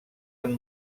amb